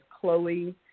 Chloe